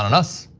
us.